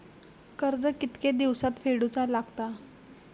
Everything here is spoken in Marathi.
कर्ज कितके दिवसात फेडूचा लागता?